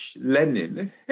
Lenin